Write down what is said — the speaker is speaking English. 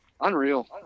unreal